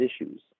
issues